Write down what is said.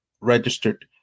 registered